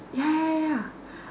ya